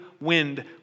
wind